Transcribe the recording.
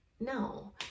no